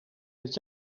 met